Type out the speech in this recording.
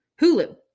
Hulu